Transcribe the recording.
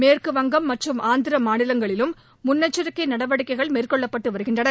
மேற்கு வங்கம் மற்றும் ஆந்திர மாநிங்களிலும் முன்னெச்சரிக்கை நடவடிக்கைகள் மேற்கொள்ளப்பட்டு வருகின்றன